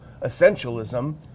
essentialism